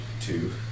two